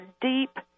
deep